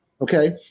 okay